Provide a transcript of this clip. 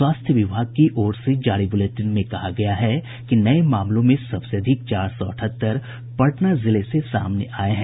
स्वास्थ्य विभाग की ओर से जारी बुलेटिन में कहा गया है कि नये मामलों में सबसे अधिक चार सौ अठहत्तर पटना जिले से सामने आये हैं